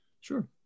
Sure